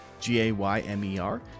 G-A-Y-M-E-R